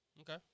Okay